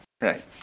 Right